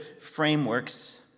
frameworks